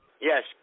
Yes